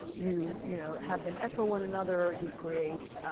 you, you know, have them echo one another. you create,